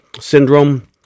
syndrome